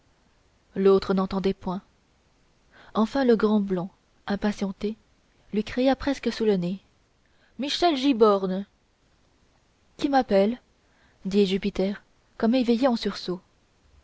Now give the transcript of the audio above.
l'autre n'entendait point enfin le grand blond impatienté lui cria presque sous le nez michel giborne qui m'appelle dit jupiter comme éveillé en sursaut